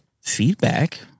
feedback